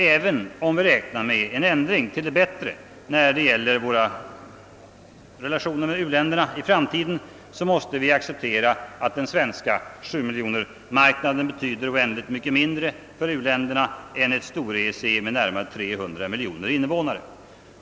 Även om vi räknar med en ändring till det bättre när det gäller våra relationer med u-länderna i framtiden, måste vi acceptera att den svenska sjumiljonersmarknaden betyder oändligt mycket mindre för u-länderna än ett stor-EEC med närmare 300 miljoner invånare.